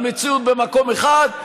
המציאות במקום אחד,